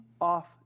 off